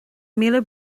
míle